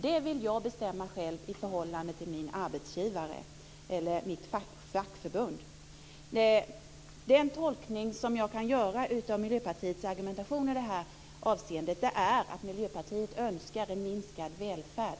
Det vill jag bestämma själv i förhållande till min arbetsgivare eller mitt fackförbund. Den tolkning jag kan göra av Miljöpartiets argument i det här avseendet är att Miljöpartiet önskar en minskad välfärd.